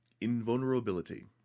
invulnerability